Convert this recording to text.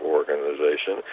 organization